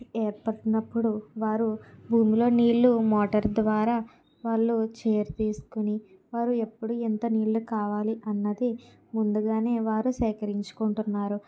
ఏర్పడినప్పుడు వారు భూమిలో నీళ్ళు మోటర్ ద్వారా వాళ్ళు చేరదీసుకొని వారు ఎప్పుడు ఎంత నీళ్ళు కావాలి అన్నది ముందుగానే వారు సేకరించుకుంటున్నారు